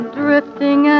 drifting